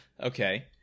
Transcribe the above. Okay